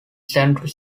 central